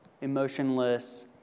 emotionless